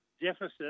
deficit